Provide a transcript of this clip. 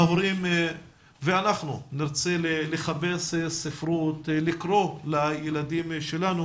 ההורים ואנחנו נרצה לחפש ספרות לקרוא לילדים שלנו